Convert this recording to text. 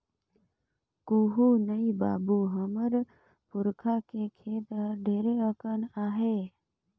कुहू नइ बाबू, हमर पुरखा के खेत हर ढेरे अकन आहे